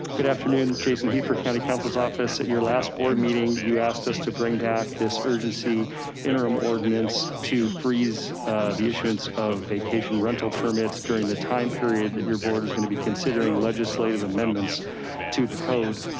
good afternoon, jason heifer county counsel's office at your last board meeting, you asked us to bring back this urgency interim ordinance to freeze the issuance of vacation rental permits during the time period that your board is going to be considering legislative amendments to the code.